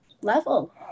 level